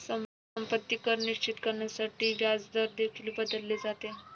संपत्ती कर निश्चित करण्यासाठी व्याजदर देखील बदलले जातात